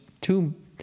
two